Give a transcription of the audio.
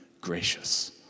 gracious